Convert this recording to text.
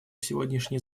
сегодняшнее